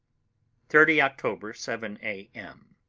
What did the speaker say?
thirty october, seven a. m.